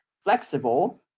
flexible